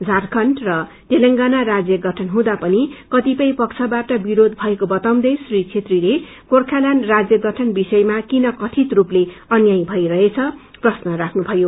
झारखण्ड र तेलेगाना राज्य गठन हुँदा पनि कतिपय पक्षबाट विरोष भएको बताउँदै श्री छेत्रीले गोर्खाल्याण्ड राज्य गठन विषयमा किन कथित स्पवले अन्याय पईरहेछ प्रश्न राख्नु भयो